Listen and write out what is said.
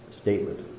statement